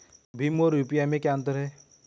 भीम और यू.पी.आई में क्या अंतर है?